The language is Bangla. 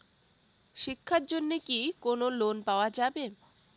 শিক্ষার জন্যে কি কোনো লোন পাওয়া যাবে?